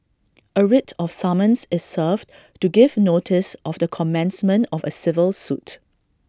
A writ of summons is served to give notice of the commencement of A civil suit